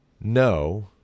no